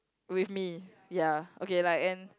with me ya okay like and